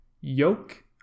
yoke